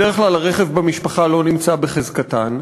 בדרך כלל הרכב המשפחתי לא נמצא בחזקתן,